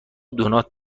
دونات